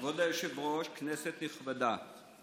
כבוד היושב-ראש, כנסת נכבדה,